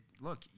look